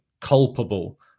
culpable